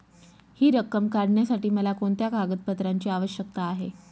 हि रक्कम काढण्यासाठी मला कोणत्या कागदपत्रांची आवश्यकता आहे?